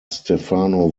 stefano